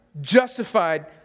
justified